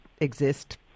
exist